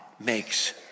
makes